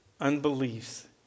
unbeliefs